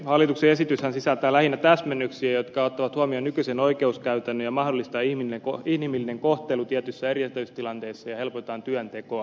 hallituksen esityshän sisältää lähinnä täsmennyksiä jotka ottavat huomioon nykyisen oikeuskäytännön ja mahdollistavat inhimillisen kohtelun tietyissä erityistilanteissa ja helpottavat työntekoa